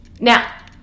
Now